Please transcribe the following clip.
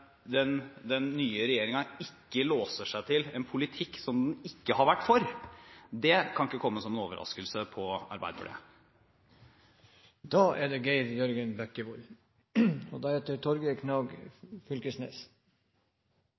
den jobben. Men at den nye regjeringen ikke låser seg til en politikk som den ikke har vært for, kan ikke komme som noen overraskelse på Arbeiderpartiet. Kristelig Folkeparti er